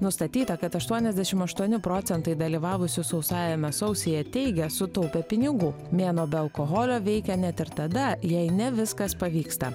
nustatyta kad aštuoniasdešim aštuoni procentai dalyvavusių sausajame sausyje teigia sutaupę pinigų mėnuo be alkoholio veikia net ir tada jei ne viskas pavyksta